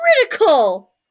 critical